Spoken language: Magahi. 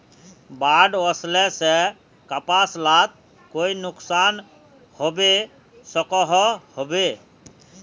बाढ़ वस्ले से कपास लात कोई नुकसान होबे सकोहो होबे?